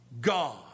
God